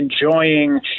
enjoying